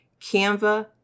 Canva